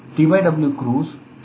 TW cruise CLCDmax से निर्धारित होगा